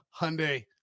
Hyundai